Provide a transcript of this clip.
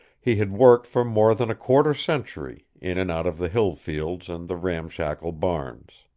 he had worked for more than a quarter century, in and out of the hill fields and the ramshackle barns.